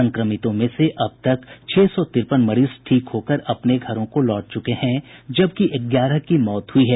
संक्रमितों में से अब तक छह सौ तिरपन मरीज ठीक होकर अपने घर लौट चुके हैं जबकि ग्यारह की मौत हुई है